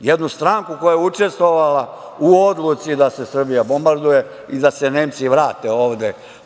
jednu stranku koja je učestvovala u odluci da se Srbija bombarduje i da se Nemci vrate ovde